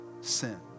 Sin